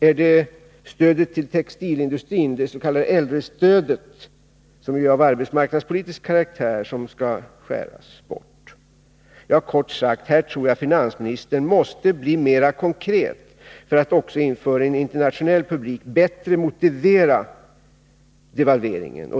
Är det stödet till textilindustrin, det s.k. äldrestödet, som ju har arbetsmarknadspolitisk karaktär, som skall skäras bort? Kort sagt: Här tror jag att finansministern måste bli mera konkret för att också inför en internationell publik bättre motivera devalveringen.